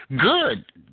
good